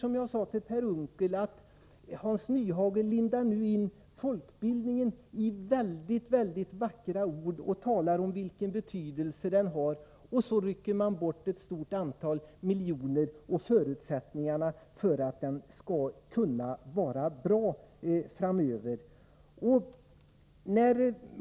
Tlikhet med Per Unckel lindar nu Hans Nyhage in folkbildningen i mycket vackra ord. De talar om vilken betydelse den har, men rycker sedan bort ett stort antal miljoner och därmed förutsättningarna för att den skall kunna vara bra framöver.